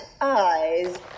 eyes